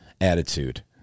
attitude